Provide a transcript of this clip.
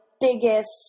biggest